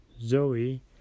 Zoe